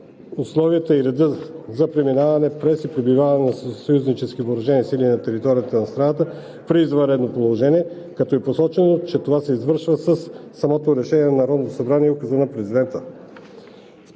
условията и редът за преминаването през и пребиваването на съюзнически въоръжени сили на територията на страната при извънредно положение, като е посочено, че това се извършва със самото решение на Народното събрание и Указа на Президента.